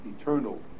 eternal